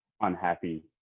unhappy